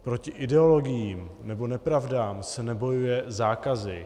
Proti ideologiím nebo nepravdám se nebojuje zákazy.